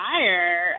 fire